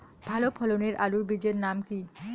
ভালো ফলনের আলুর বীজের নাম কি?